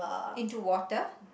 into water